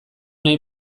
nahi